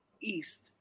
East